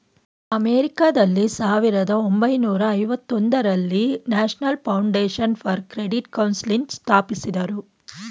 ಅಮೆರಿಕಾದಲ್ಲಿ ಸಾವಿರದ ಒಂಬೈನೂರ ಐವತೊಂದರಲ್ಲಿ national foundation for credit council ಸ್ಥಾಪಿಸಿದರು